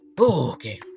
Okay